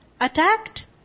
attacked